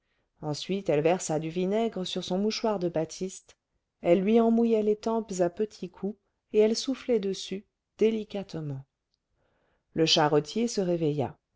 ensuite elle versa du vinaigre sur son mouchoir de batiste elle lui en mouillait les tempes à petits coups et elle soufflait dessus délicatement le charretier se réveilla